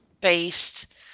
Based